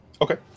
Okay